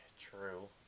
true